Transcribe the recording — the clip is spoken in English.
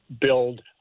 build